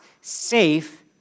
safe